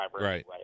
Right